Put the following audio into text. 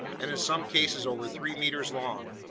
and in some cases over three meters long,